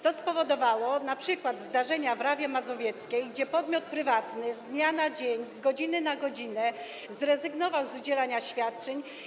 To spowodowało np. zdarzenia w Rawie Mazowieckiej, gdzie podmiot prywatny z dnia na dzień, z godziny na godzinę zrezygnował z udzielania świadczeń.